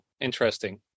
Interesting